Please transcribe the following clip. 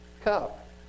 cup